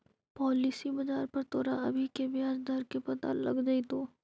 policy बाजार पर तोरा अभी के ब्याज दर के पता लग जाइतो